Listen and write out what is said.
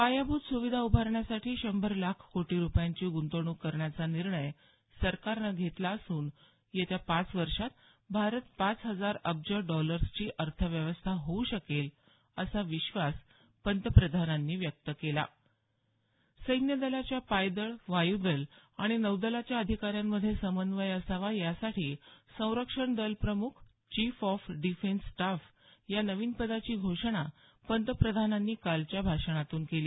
पायाभूत सुविधा उभारण्यासाठी शंभर लाख कोटी रुपयांची गुंतवणूक करण्याचा निर्णय सरकारनं घेतला असून येत्या पाच वर्षात भारत पाच हजार अब्ज डॉलरची अर्थव्यवस्था होऊ शकेल असा विश्वास पंतप्रधानांनी व्यक्त केला सैन्य दलाच्या पायदळ वायूदल आणि नौदलाच्या अधिकाऱ्यांमध्ये समन्वय असावा यासाठी संरक्षण दल प्रमुख चीफ ऑफ डीफेन्स स्टाफ या नवीन पदाची घोषणा पंतप्रधानांनी कालच्या भाषणातून केली